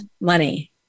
money